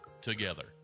together